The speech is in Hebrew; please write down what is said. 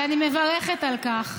ואני מברכת על כך,